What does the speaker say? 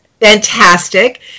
fantastic